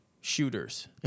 shooters